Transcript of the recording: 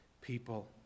people